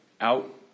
out